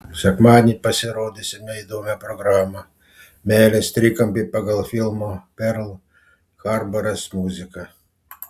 sekmadienį pasirodysime įdomią programą meilės trikampį pagal filmo perl harboras muziką